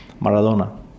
Maradona